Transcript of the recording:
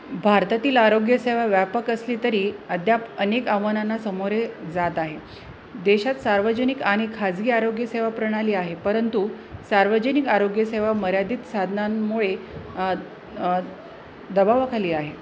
भारतातील आरोग्यसेवा व्यापक असली तरी अद्याप अनेक आव्हानांना समोरे जात आहे देशात सार्वजनिक आणि खाजगी आरोग्यसेवा प्रणाली आहे परंतु सार्वजनिक आरोग्यसेवा मर्यादित साधनांमुळे दबावाखाली आहे